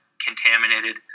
contaminated